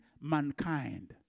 mankind